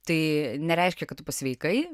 tai nereiškia kad tu pasveikai